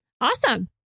Awesome